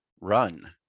run